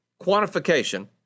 quantification